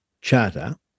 Charter